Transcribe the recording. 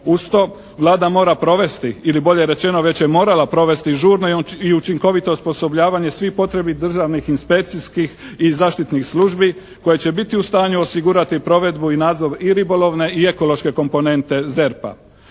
Usto, Vlada mora provesti ili bolje rečeno već je morala provesti žurno i učinkovito osposobljavanje svih potrebnih državnih inspekcijskih i zaštitnih službi koje će biti u stanju osigurati provedbu i nadzor i ribolovne i ekološke komponente ZERP-a.